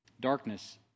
darkness